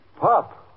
Pop